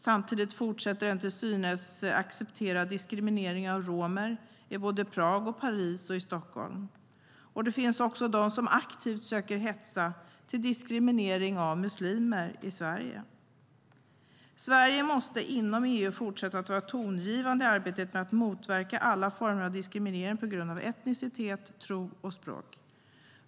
Samtidigt fortsätter en till synes accepterad diskriminering av romer i både Prag och Paris samt i Stockholm. Och det finns också de som aktivt söker hetsa till diskriminering av muslimer i Sverige. Sverige måste inom EU fortsätta att vara tongivande i arbetet med att motverka alla former av diskriminering på grund av etnicitet, tro och språk.